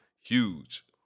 Huge